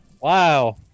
Wow